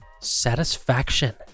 Satisfaction